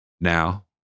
now